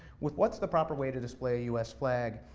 with what's the proper way to display a us flag.